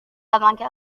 laki